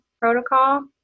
protocol